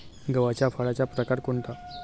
गव्हाच्या फळाचा प्रकार कोणता?